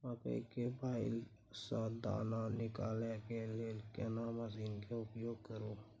मकई के बाईल स दाना निकालय के लेल केना मसीन के उपयोग करू?